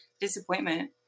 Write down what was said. disappointment